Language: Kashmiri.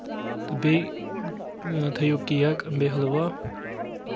تہٕ بیٚیہِ تھٲیِو کیک بیٚیہِ حلوا